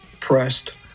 pressed